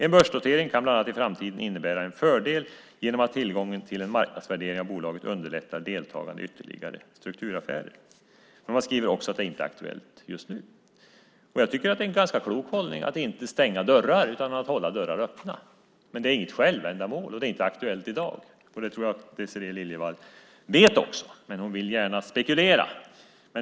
En börsnotering kan i framtiden bland annat innebära en fördel genom att tillgången till en marknadsvärdering av bolaget underlättar deltagande i ytterligare strukturaffärer. Man skriver också att det inte är aktuellt just nu. Jag tycker att det är en ganska klok hållning att inte stänga dörrar, utan hålla dörrar öppna. Det är inte något självändamål och det är inte aktuellt i dag. Det tror jag att Désirée Liljevall vet, men hon vill gärna spekulera.